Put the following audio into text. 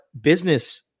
business